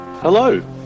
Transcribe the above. Hello